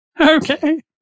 Okay